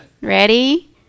Ready